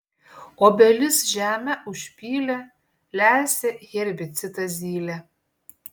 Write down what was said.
obelis žeme užpylė lesė herbicidą zylė